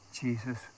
Jesus